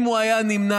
אם הוא היה נמנע,